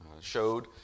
showed